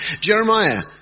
Jeremiah